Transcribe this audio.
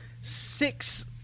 six –